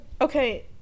Okay